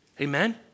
Amen